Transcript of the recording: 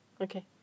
okay